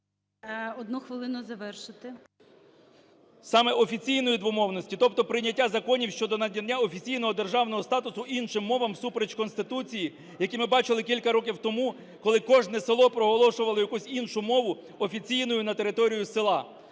КНЯЖИЦЬКИЙ М.Л. Саме офіційної двомовності, тобто прийняття законів щодо надання офіційного державного статусу іншим мовам всупереч Конституції, які ми бачили кілька років тому, коли кожне село проголошувало якусь іншу мову офіційною на території села.